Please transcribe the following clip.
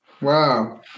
Wow